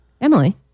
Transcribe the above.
Emily